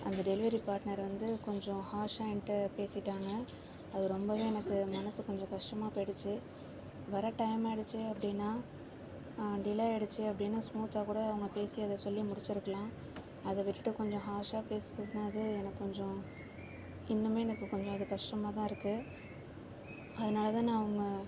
அந்த delivery partner வந்து கொஞ்சம் ஹார்ஷாக என்கிட்ட பேசிட்டாங்கள் அது ரொம்பவே எனக்கு மனசு கொஞ்சம் கஷ்டமாக போய்டுச்சு வர டைம் ஆயிடுச்சு அப்படின்னா டிலே ஆயிடுச்சு அப்படின்னு சுமுத்தாக கூட அவங்க பேசி அதை சொல்லி முடிச்சிருக்கலாம் அதை விட்டுட்டு கொஞ்சம் ஹார்ஷாக பேசுனதுனால் அது எனக்கு கொஞ்சம் இன்னமுமே எனக்கு கொஞ்சம் அது கஷ்டமாக தான் இருக்குது அதனால் தான் நான் உங்கள்